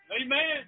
Amen